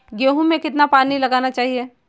गेहूँ में कितना पानी लगाना चाहिए?